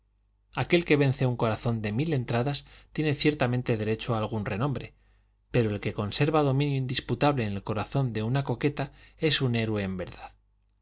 aquel que vence un corazón de mil entradas tiene ciertamente derecho a algún renombre pero el que conserva dominio indisputable en el corazón de una coqueta es un héroe en verdad